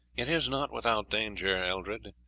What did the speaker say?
it is not without danger, eldred,